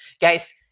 Guys